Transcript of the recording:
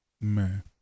Man